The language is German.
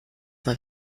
man